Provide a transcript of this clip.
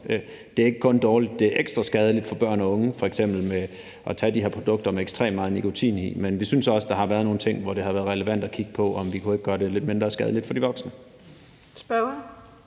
Det er ikke kun dårligt; det er ekstra skadeligt for børn og unge at tage f.eks. de her produkter med ekstremt meget nikotin i. Men vi synes også, at der har været nogle ting, hvor det har været relevant at kigge på, om vi kunne gøre det lidt mindre skadeligt for de voksne.